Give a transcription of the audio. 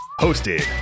hosted